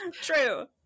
True